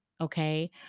okay